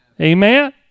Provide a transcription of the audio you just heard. Amen